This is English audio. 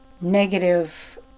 negative